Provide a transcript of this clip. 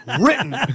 written